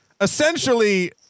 essentially